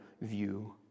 view